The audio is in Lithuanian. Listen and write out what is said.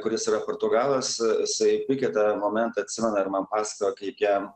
kuris yra portugalas jisai puikiai tą momentą atsimena ir man pasakojo kaip jam